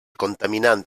contaminant